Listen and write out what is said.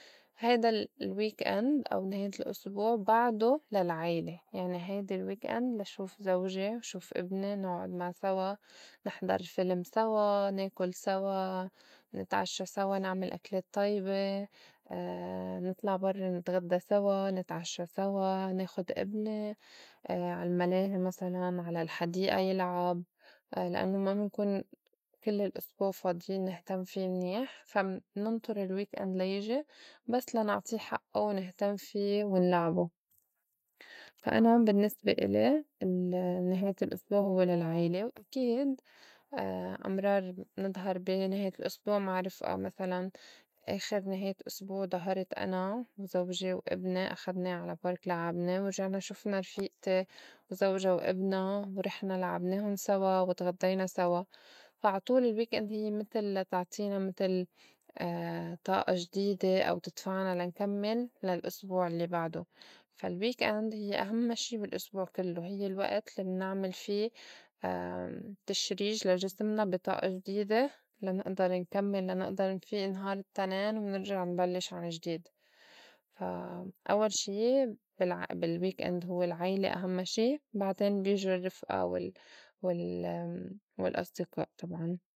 هيدا ال- weakened او نِهاية الأسبوع بَعدو للعيلة يعني هيدي ال weakened لشوف زوجي، شوف إبني، نعُّد مع سوا، نحضر فيلم سوا، ناكُل سوا، نتعشّى سوا، نعمل أكلات طيبة، نطلع برّا نتغدّى سوا نتعشّى سوا، ناخُد إبني عال ملاهي مسلاً على الحديقة يلعب لأنوا ما منكون كل الأسبوع فاضين نهتم في منيح فا مننطُر ال weakened ليجي بس لنعطي حقّه ونهتم في ونلعبه. فا أنا بالنّسبة ألي ال- نهاية الأسبوع هوّ للعيلة وأكيد أمرار منضهر بي نهاية الأسبوع مع رفئا، مسلاً آخر نهاية أسبوع ضهرت أنا وزوجي وإبني أخدنا على park لعّبنا، ورجعنا شفنا رفيقتي وزوجا وابنا ورحنا لعّبناهُن سوا وتغدّينا سوا، فا عا طول ال weakened هي متل لتعطينا متل طاقة جديدة أو تدفعنا لا نكمّل للأسبوع الّي بعدو، فا ال weekend هيّ أهمّ شي بالأسبوع كلّو هيّ الوقت لي منعمل في تشريج لا جسمنا بي طاقة جديدة لا نقدر نكمّل لا نقدر نفيئ نهار التّنين ونرجع نبلّش عن جديد. فا أوّل شي بال ع- weekend هوّ العيلة أهمّ شي بعدين بيجو الرّفقة وال- وال- والأصدِقاء طبعاً.